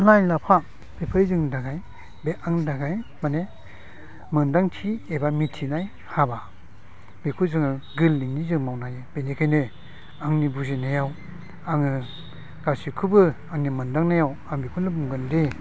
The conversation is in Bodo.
लाइ लाफा बेबो जोंनि थाखाय बे आंनि थाखाय माने मोनदांथि एबा मिथिनाय हाबा बेखौ जोङो गोरलैयै जों मावनो हायो बेबायदिनो आंनि बुजिनायाव आङो गासिखौबो आंनि मोनदांनायाव आं बेखौनो बुंगोन दि